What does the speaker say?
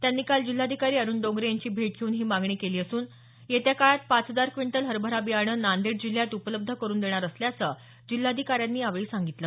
त्यांनी काल जिल्हाधिकारी अरुण डोंगरे यांची भेट घेऊन ही मागणी केली असून येत्या काळात पाच हजार क्विंटल हरभरा बियाणं नांदेड जिल्ह्यात उपलब्ध करून देणार असल्याचं जिल्हाधिकाऱ्यांनी यावेळी सांगितलं